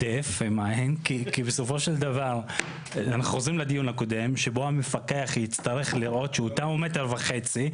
אנחנו חוזרים לדיון הקודם שבו המפקח יצטרך לראות שאותם מטר וחצי,